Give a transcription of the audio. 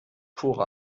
pure